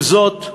עם זאת,